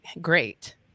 great